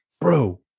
bro